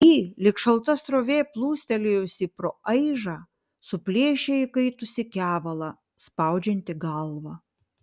ji lyg šalta srovė plūstelėjusi pro aižą suplėšė įkaitusį kevalą spaudžiantį galvą